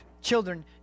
children